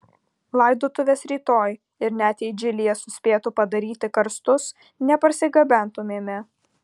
laidotuvės rytoj ir net jei džilyje suspėtų padaryti karstus neparsigabentumėme